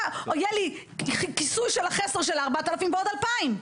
יהיה לי כיסוי של החסר של ה- 4,000 ועוד 2,000 שוטרים נוספים.